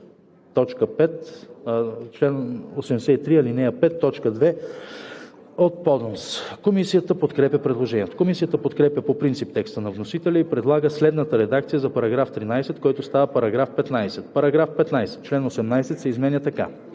чл. 83, ал. 5, т. 2 от ПОДНС. Комисията подкрепя предложението. Комисията подкрепя по принцип текста на вносителя и предлага следната редакция за § 13, който става § 15: „§ 15. Член 18 се изменя така: